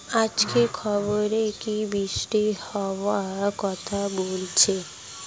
আজকের খবরে কি বৃষ্টি হওয়ায় কথা বলেছে?